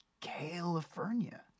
California